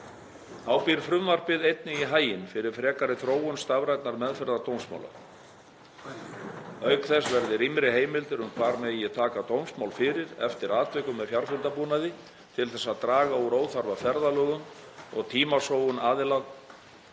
Þá býr frumvarpið einnig í haginn fyrir frekari þróun stafrænnar meðferðar dómsmála. Auk þess verði rýmri heimildir um hvar megi taka dómsmál fyrir, eftir atvikum með fjarfundabúnaði, til þess að draga úr óþarfa ferðalögum og tímasóun aðila